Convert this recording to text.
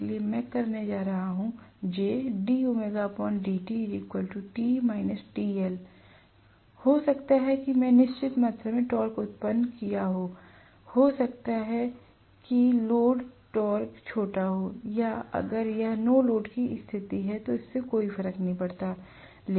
इसलिए मैं करने जा रहा हूं हो सकता है कि मैंने निश्चित मात्रा में टॉर्क उत्पन्न किया हो हो सकता है कि लोड टॉर्क छोटा हो या अगर यह नो लोड की स्थिति है तो इससे कोई फर्क नहीं पड़ता